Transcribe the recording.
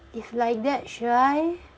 if like that should I